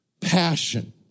passion